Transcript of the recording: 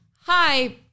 hi